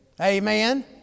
Amen